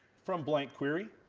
from blank query.